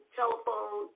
telephone